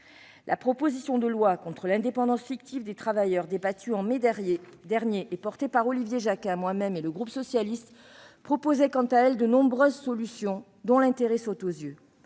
La proposition de loi contre l'indépendance fictive des travailleurs des plateformes, débattue en mai dernier et portée par Olivier Jacquin, moi-même et le groupe Socialiste, Écologiste et Républicain, proposait quant à elle de nombreuses solutions dont l'intérêt saute aux yeux